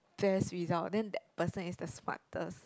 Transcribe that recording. best result then that person is the smartest